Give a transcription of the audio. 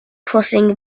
crossing